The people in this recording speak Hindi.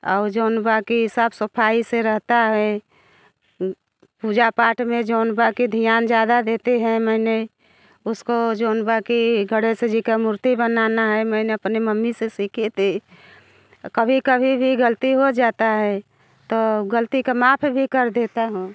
औ जौन बाक़ी साफ़ सफ़ाई से रहता है पूजा पाठ में जौन बाक़ी ध्यान ज़्यादा देते है मैंने उसको जौन बाक़ी गणेस जी की मूर्ति बनाना है मैंने अपने मम्मी से सीखी थी कभी कभी भी ग़लती हो जाती है तो ग़लती को माफ़ भी कर देती हूँ